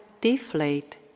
deflate